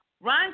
Ron